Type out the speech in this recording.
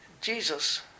Jesus